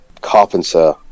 carpenter